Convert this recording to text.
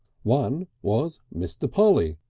one was mr. polly,